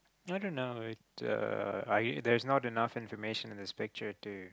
i don't know it's a uh there's not enough information in this picture to